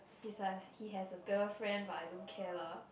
he's a he has a girlfriend but I don't care lah